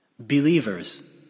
Believers